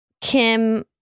Kim